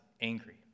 angry